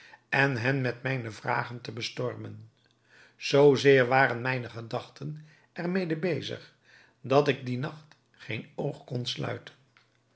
en hen met mijne vragen te bestormen zoo zeer waren mijne gedachten er mede bezig dat ik dien nacht geen oog kon sluiten